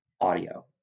audio